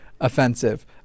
offensive